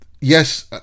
yes